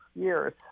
years